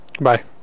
Bye